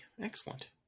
Excellent